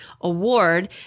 Award